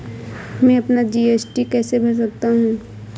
मैं अपना जी.एस.टी कैसे भर सकता हूँ?